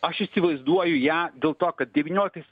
aš įsivaizduoju ją dėl to kad devynioliktais